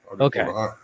Okay